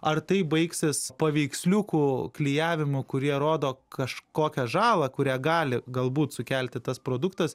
ar tai baigsis paveiksliukų klijavimu kurie rodo kažkokią žalą kurią gali galbūt sukelti tas produktas